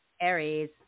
Aries